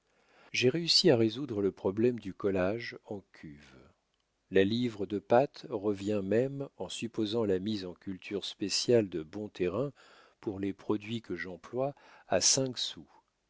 j'ai réussi à résoudre le problème du collage en cuve la livre de pâte revient même en supposant la mise en culture spéciale de bons terrains pour les produits que j'emploie à cinq sous